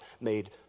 made